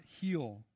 heal